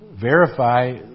verify